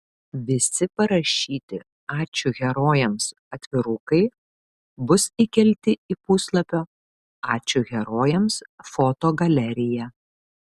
visi parašyti ačiū herojams atvirukai bus įkelti į puslapio ačiū herojams fotogaleriją